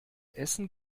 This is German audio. essen